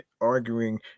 arguing